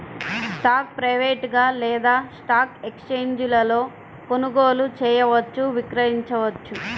స్టాక్ను ప్రైవేట్గా లేదా స్టాక్ ఎక్స్ఛేంజీలలో కొనుగోలు చేయవచ్చు, విక్రయించవచ్చు